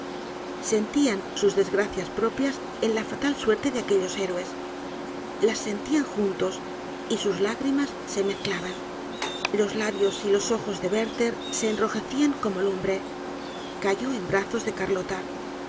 sentían su desgracias propias en la fatal suerte de aquellos héroes las sentian juntos y sus lágrimas se mezclaban los labios y los ojos de werther se enrojecían como lumbre cayó en brazos de carlota